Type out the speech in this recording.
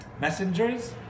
messengers